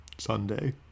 Sunday